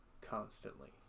constantly